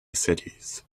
cities